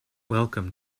welcome